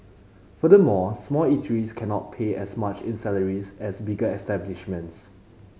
furthermore small eateries cannot pay as much in salaries as bigger establishments